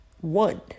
one